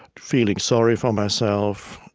feeling sorry for myself.